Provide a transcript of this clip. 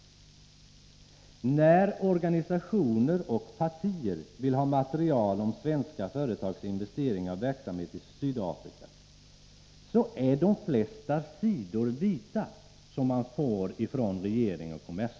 När organisationer och partier vill ha material från regeringen och Nr 28 Sydafrika, så är de flesta sidor de får vita, alltså hemligstämplade.